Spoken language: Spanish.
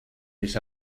les